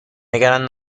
نگران